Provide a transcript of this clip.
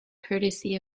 courtesy